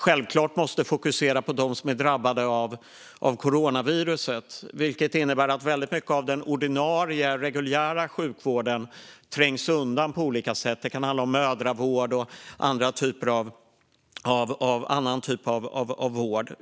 Självklart måste man då fokusera på dem som är drabbade av coronaviruset, vilket innebär att väldigt mycket av den ordinarie, reguljära sjukvården trängs undan på olika sätt. Det kan handla om mödravård och andra typer av vård.